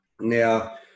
Now